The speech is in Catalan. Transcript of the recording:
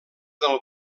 del